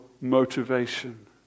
motivation